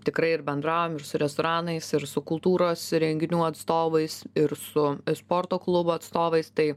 tikrai ir bendraujam ir su restoranais ir su kultūros renginių atstovais ir su sporto klubų atstovais tai